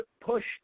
pushed